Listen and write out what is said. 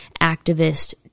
activist